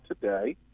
today